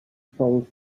fell